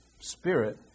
Spirit